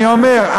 אני אומר,